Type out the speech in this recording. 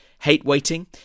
Hate-waiting